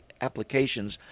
applications